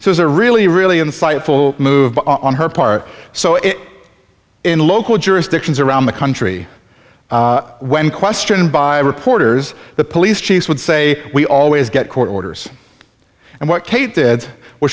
so it's a really really insightful move on her part so it in local jurisdictions around the country when questioned by reporters the police chief would say we always get court orders and what